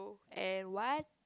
and what